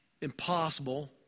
impossible